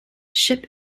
ship